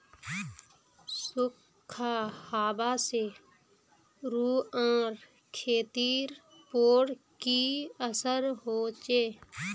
सुखखा हाबा से रूआँर खेतीर पोर की असर होचए?